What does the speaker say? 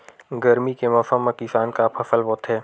गरमी के मौसम मा किसान का फसल बोथे?